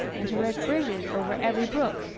and to erect bridges over every brook,